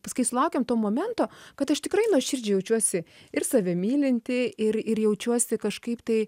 paskui sulaukiam to momento kad aš tikrai nuoširdžiai jaučiuosi ir save mylinti ir ir jaučiuosi kažkaip tai